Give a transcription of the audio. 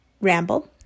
ramble